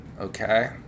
okay